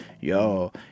yo